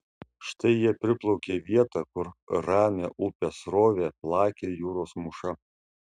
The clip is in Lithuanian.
štai jie priplaukė vietą kur ramią upės srovę plakė jūros mūša